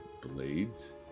blades